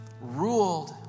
ruled